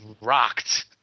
rocked